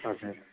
हजुर